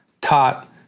taught